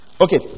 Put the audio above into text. Okay